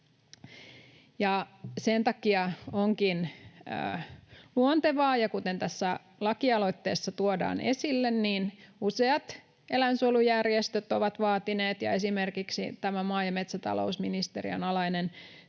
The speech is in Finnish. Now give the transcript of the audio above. Sen takia onkin luontevaa, kuten tässä lakialoitteessa tuodaan esille, että useat eläinsuojelujärjestöt ja esimerkiksi tämä maa- ja metsätalousministeriön alainen